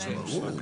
ברור.